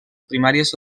primàries